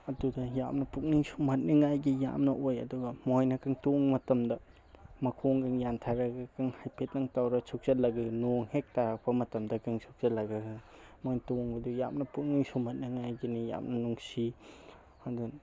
ꯑꯗꯨꯗ ꯌꯥꯝꯅ ꯄꯨꯛꯅꯤꯡ ꯁꯨꯝꯍꯠꯅꯤꯡꯉꯥꯏꯒꯤ ꯌꯥꯝꯅ ꯑꯣꯏ ꯑꯗꯨꯒ ꯃꯣꯏꯅꯒ ꯇꯣꯡꯕ ꯃꯇꯝꯗ ꯃꯈꯣꯡꯒ ꯌꯥꯟꯊꯔꯒꯒ ꯍꯥꯏꯐꯦꯠꯇꯪ ꯇꯧꯔꯥ ꯁꯨꯞꯆꯜꯂꯒ ꯅꯣꯡꯍꯦꯛ ꯇꯥꯔꯛꯄ ꯃꯇꯝꯗ ꯃꯈꯣꯡ ꯁꯨꯞꯆꯟꯂꯒꯒ ꯃꯣꯏ ꯇꯣꯡꯕꯗ ꯌꯥꯝꯅ ꯄꯨꯛꯅꯤꯡ ꯁꯨꯝꯍꯠꯅꯤꯡꯉꯥꯏꯒꯤꯅꯤ ꯌꯥꯝꯅ ꯅꯨꯡꯁꯤ ꯑꯗꯨꯅ